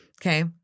Okay